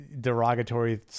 derogatory